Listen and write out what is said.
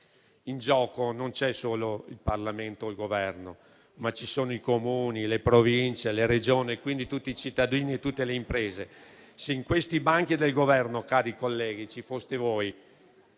In gioco non ci sono solo il Parlamento o il Governo, ma ci sono i Comuni, le Province, le Regioni e quindi tutti i cittadini e tutte le imprese. Se seduti ai banchi del Governo ci foste voi,